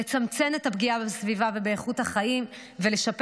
לצמצם את הפגיעה בסביבה ובאיכות החיים ולשפר